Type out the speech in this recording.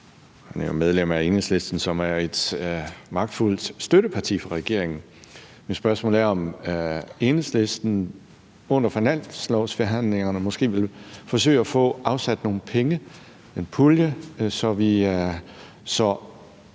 som er medlem af Enhedslisten, som er et magtfuldt støtteparti for regeringen, er, om Enhedslisten under finanslovsforhandlingerne måske vil forsøge at få afsat nogle penge, en pulje, så ejere